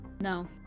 No